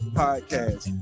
podcast